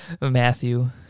Matthew